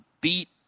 beat